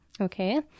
Okay